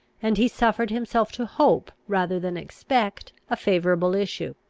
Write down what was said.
and he suffered himself to hope, rather than expect, a favourable issue.